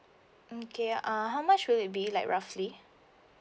okay uh how much will it be like roughly